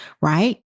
right